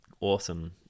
awesome